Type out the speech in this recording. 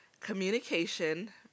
communication